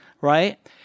right